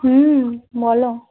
হুম বলো